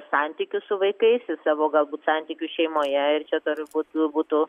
santykius su vaikais į savo galbūt santykius šeimoje ir čia dar būt būtų